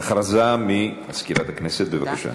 של מזכירת הכנסת, בבקשה.